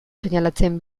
seinalatzen